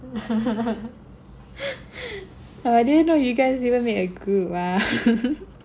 !wah! I didn't know you guys even made a group ah